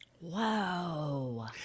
Whoa